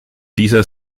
dieser